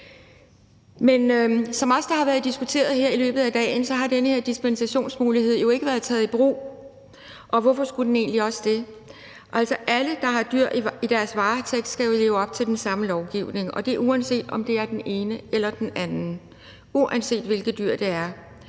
Men som det også har været diskuteret i løbet af dagen, har den her dispensationsmulighed jo ikke været taget i brug, og hvorfor skulle den egentlig også det? Alle, der har dyr i deres varetægt, skal leve op til den samme lovgivning, og det er, uanset om det er den ene eller den anden, uanset hvilket dyr det er,